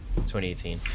2018